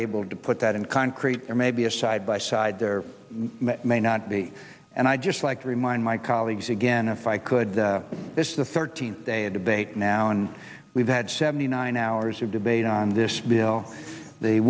unable to put that in concrete or maybe a side by side there may not be and i just like to remind my colleagues again if i could this is the thirteenth day of debate now and we've had seventy nine hours of debate on this bill they